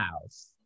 House